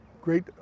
great